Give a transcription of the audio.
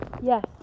Yes